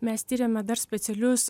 mes tiriame dar specialius